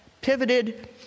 pivoted